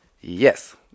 Yes